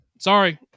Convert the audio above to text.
Sorry